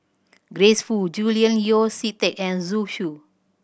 Grace Fu Julian Yeo See Teck and Zhu Xu